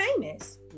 famous